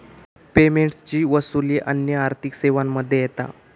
पेमेंटची वसूली अन्य आर्थिक सेवांमध्ये येता